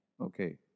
Okay